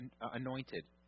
anointed